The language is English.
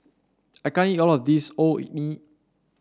I can't eat all of this Orh Nee